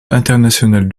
international